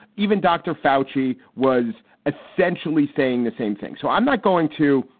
even dr. foushee was essentially saying the same thing. so i'm not going to.